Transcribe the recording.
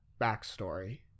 backstory